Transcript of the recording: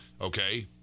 Okay